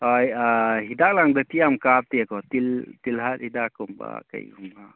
ꯑꯥꯏ ꯑꯥꯏ ꯍꯤꯗꯥꯛ ꯂꯥꯡꯊꯛꯇꯤ ꯌꯥꯝ ꯀꯥꯞꯇꯦꯀꯣ ꯇꯤꯜ ꯇꯤꯜꯂꯥ ꯍꯤꯗꯥꯛ ꯀꯨꯝꯕ ꯀꯔꯤꯒꯨꯝꯕ